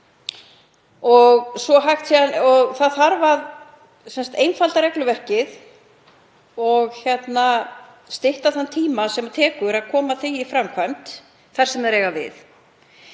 Það þarf að einfalda regluverkið og stytta þann tíma sem tekur að koma því í framkvæmd þar sem þær eiga við.